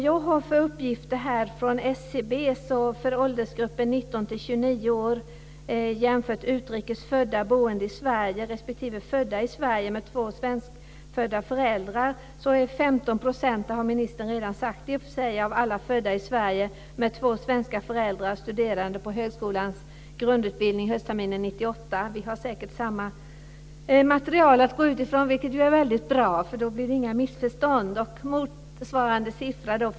Jag har här uppgifter från SCB för åldersgruppen 19-29 år. Man jämför utrikes födda boende i Sverige med födda i Sverige med två svenskfödda föräldrar. 15 % av alla födda i Sverige med två svenska föräldrar - det har ministern i och för sig redan sagt - studerade på högskolans grundutbildning höstterminen 1998. Vi har säkert samma material att utgå från, vilket ju är väldigt bra. Då blir det inga missförstånd.